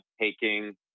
taking